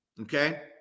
Okay